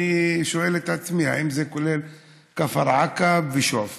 אני שואל את עצמי אם זה כולל את כפר עקב ושועפאט,